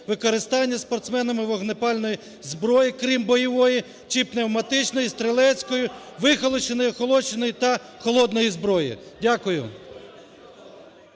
використання спортсменами вогнепальної зброї, крім бойової, чи пневматичної стрілецької вихолощеної (охолощеної) та холодної зброї". Дякую.